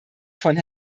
von